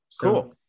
Cool